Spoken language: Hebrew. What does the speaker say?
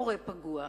מורה פגוע: